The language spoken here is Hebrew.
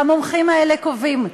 והמומחים האלה קובעים,